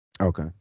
Okay